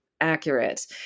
accurate